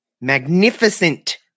magnificent